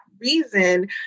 reason